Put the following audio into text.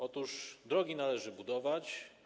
Otóż drogi należy budować.